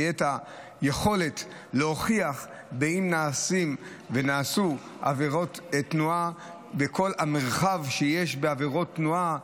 תהיה יכולת להוכיח אם נעשו עבירות תנועה בכל המרחב שיש בעבירות תנועה,